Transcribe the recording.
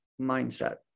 mindset